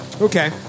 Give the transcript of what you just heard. Okay